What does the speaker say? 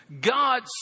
God